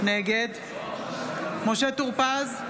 נגד משה טור פז,